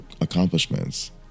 accomplishments